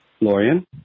Lorian